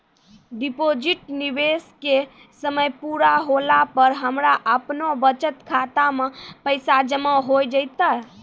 Deposit निवेश के समय पूरा होला पर हमरा आपनौ बचत खाता मे पैसा जमा होय जैतै?